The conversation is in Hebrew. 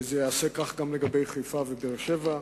זה ייעשה כך גם לגבי חיפה ובאר-שבע.